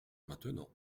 maintenant